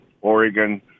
Oregon